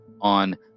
on